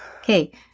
Okay